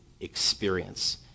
experience